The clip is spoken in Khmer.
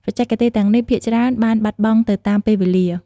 បច្ចេកទេសទាំងនេះភាគច្រើនបានបាត់បង់ទៅតាមពេលវេលា។